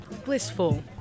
blissful